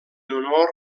honor